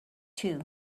too